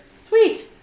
Sweet